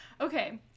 Okay